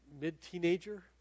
mid-teenager